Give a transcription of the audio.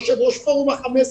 יושב ראש פורום ה-15.